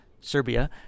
Serbia